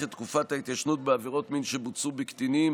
את תקופת ההתיישנות בעבירות מין שבוצעו בקטינים